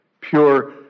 pure